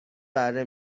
بره